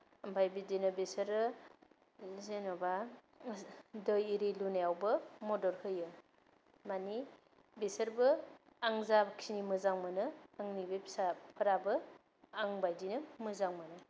ओमफाय बिदिनो बिसोरो जेनबा दै एरि लुनायावाबो मदद होयो माने बिसोरबो आं जाखिनि मोजां मोनो आंनि बे फिसाफोराबो आं बायदिनो मोजां मोनो